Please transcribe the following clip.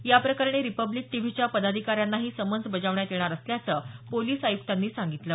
याप्रकरणी रिपब्लिक टीव्हीच्या पदाधिकाऱ्यांनाही समन्स बजावण्यात येणार असल्याचं पोलिस आयुक्तांनी सांगितलं